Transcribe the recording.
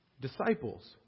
disciples